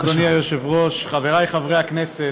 תודה, אדוני היושב-ראש, חברי חברי הכנסת,